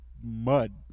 mud